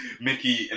Mickey